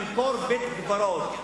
למכור בית-קברות.